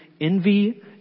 Envy